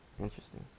Interesting